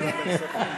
חברת הכנסת,